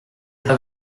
pas